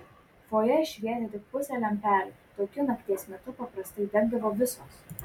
fojė švietė tik pusė lempelių tokiu nakties metu paprastai degdavo visos